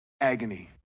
agony